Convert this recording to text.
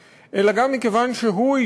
לא רק מכיוון שהוא השר המופקד על הנושא,